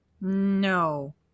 No